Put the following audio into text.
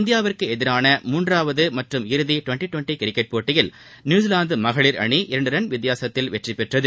இந்தியாவிற்கு எதிரான மூன்றாவது மற்றும் இறுதி டுவெள்டி டுவெள்டி கிரிக்கெட் போட்டியில் நியூசிலாந்து மகளிர் அணி இரண்டு ரன் வித்தியாசத்தில் வெற்றி பெற்றது